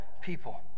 people